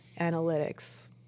analytics